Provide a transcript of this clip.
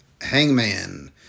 Hangman